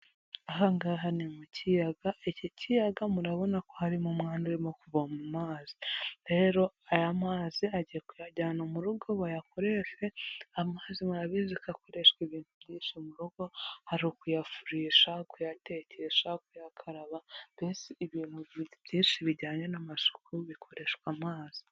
Ahangaha ni mu kiyaga, iki kiyaga murabona ko harimo umwana urimo kuvoma mazi, rero aya mazi agiye kuyajyana mu rugo bayakoreshe, amazi murabizi gakoreshwa ibintu byinshi mu rugo hari ukuyafurisha, kuyatekesha, kuyakararaba, mbese ibintu byinshi bijyanye n'amasuku bikoreshwa amazi.